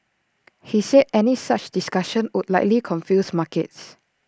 he said any such discussions would likely confuse markets